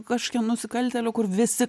kažkokių nusikaltėlių kur visi